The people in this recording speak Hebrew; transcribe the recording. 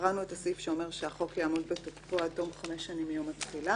קראנו את הסעיף שאומר שהחוק יעמוד בתוקפו עד תום חמש שנים מיום התחילה.